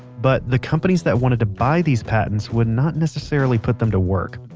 but the companies that wanted to buy these patents would not necessarily put them to work.